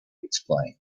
explained